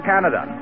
Canada